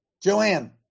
Joanne